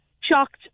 shocked